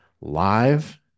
live